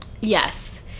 Yes